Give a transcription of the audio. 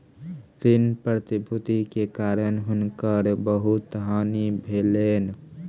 ऋण प्रतिभूति के कारण हुनका बहुत हानि भेलैन